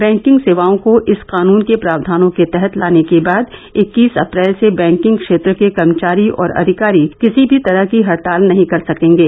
banking सेवाओं को इस कानून के प्रावधानों के तहत लाने के बाद इक्कीस अप्रैल से बैंकिंग वेत्र के कर्मचारी और अधिकारी किसी तरह की भी हडताल नहीं कर सकेंगे